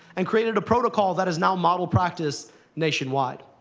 and created a protocol that is now model practice nationwide.